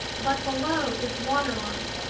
but below its waterline,